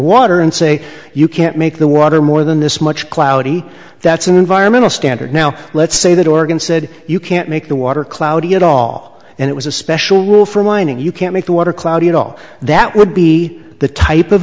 water and say you can't make the water more than this much cloudy that's an environmental standard now let's say that organ said you can't make the water cloudy at all and it was a special rule for mining you can't make the water cloudy at all that would be the type of